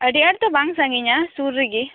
ᱟᱹᱰᱤ ᱟᱸᱴ ᱫᱚ ᱵᱟᱝ ᱥᱟ ᱜᱤᱧᱟ ᱥᱩᱨ ᱨᱮᱜᱮ